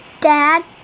Dad